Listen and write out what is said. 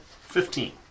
Fifteen